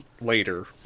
later